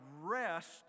rest